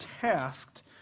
tasked